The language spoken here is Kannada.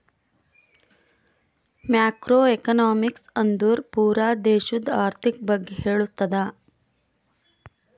ಮ್ಯಾಕ್ರೋ ಎಕನಾಮಿಕ್ಸ್ ಅಂದುರ್ ಪೂರಾ ದೇಶದು ಆರ್ಥಿಕ್ ಬಗ್ಗೆ ಹೇಳ್ತುದ